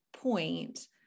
point